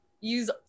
use